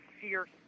fierce